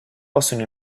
possono